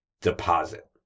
deposit